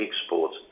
exports